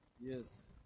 Yes